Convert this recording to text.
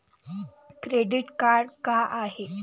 Credit card का हाय?